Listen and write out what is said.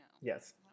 yes